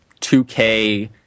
2K